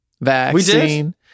Vaccine